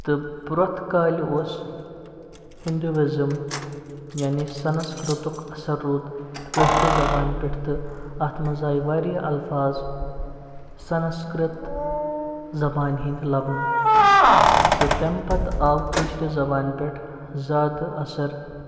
تہٕ پرٛٮ۪تھ کالہِ اوس ہِنٛدوٗاِزِم یعنی سَنَسکرتُک اَثر روٗد کٲشِرِ زبانہِ پٮ۪ٹھ تہٕ اَتھ منٛز آیہِ واریاہ الفاظ سَنَسکرٛت زبانہِ ہٕنٛدۍ لبنہٕ تہٕ تَمہِ پتہٕ آو کٲشِرِ زبانہِ پٮ۪ٹھ زیادٕ اثر